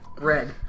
Red